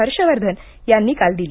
हर्ष वर्धन यांनी काल दिली